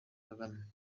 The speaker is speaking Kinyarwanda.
kagame